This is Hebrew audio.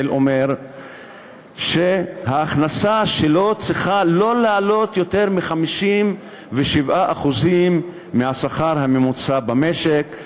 אומר שההכנסה שלו צריכה שלא לעלות על 57% מהשכר הממוצע במשק,